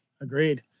Agreed